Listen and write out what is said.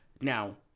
Now